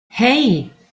hey